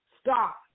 Stop